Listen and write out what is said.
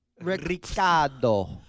Ricardo